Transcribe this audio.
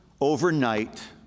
overnight